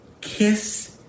kiss